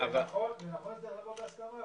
זה נכון שזה צריך לבוא בהסכמה,